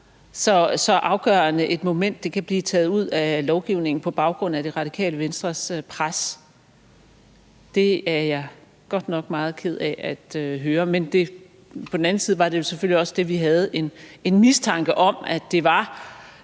så afgørende moment kan blive taget ud af lovgivningen på baggrund af Det Radikale Venstres pres. Det er jeg godt nok meget ked af at høre, men på den anden side var det jo selvfølgelig også det, vi havde en mistanke om, altså at